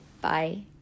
bye